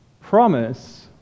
promise